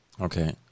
Okay